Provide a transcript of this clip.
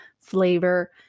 flavor